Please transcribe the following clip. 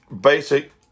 basic